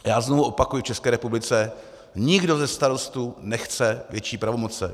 Já znovu opakuji, v České republice nikdo ze starostů nechce větší pravomoci.